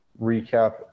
recap